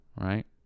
right